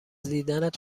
دیدنت